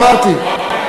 50%, אמרתי.